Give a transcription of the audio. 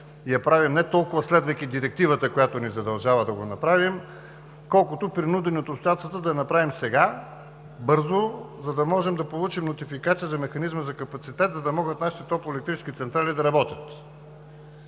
я правим не толкова следвайки Директивата, която ни задължава да го направим, колкото принудени от обстоятелствата да я направим сега бързо, за да можем да получим нотификация за механизма за капацитет, за да могат нашите топлоелектрически централи да работят.